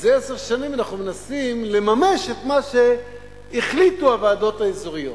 זה עשר שנים אנחנו מנסים לממש את מה שהחליטו הוועדות האזוריות.